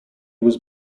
was